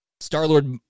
Star-Lord